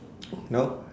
know